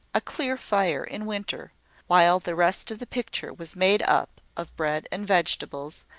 a clear fire in winter while the rest of the picture was made up of bread and vegetables,